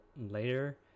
later